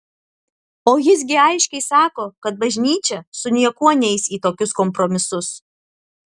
o jis gi aiškiai sako kad bažnyčia su niekuo neis į tokius kompromisus